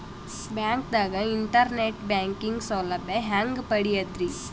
ಬ್ಯಾಂಕ್ದಾಗ internet banking ಸೌಲಭ್ಯ ಹೆಂಗ್ ಪಡಿಯದ್ರಿ?